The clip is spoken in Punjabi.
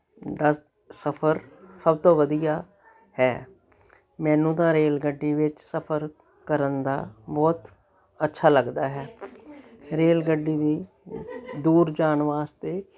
ਦਾ ਸਫਰ ਸਭ ਤੋਂ ਵਧੀਆ ਹੈ ਮੈਨੂੰ ਤਾਂ ਰੇਲ ਗੱਡੀ ਵਿੱਚ ਸਫਰ ਕਰਨ ਦਾ ਬਹੁਤ ਅੱਛਾ ਲੱਗਦਾ ਹੈ ਰੇਲ ਗੱਡੀ ਦੀ ਦੂਰ ਜਾਣ ਵਾਸਤੇ